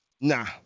Nah